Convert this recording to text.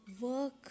Work